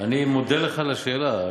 אני מודה על השאלה.